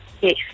Yes